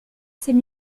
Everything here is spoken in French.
c’est